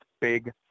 Big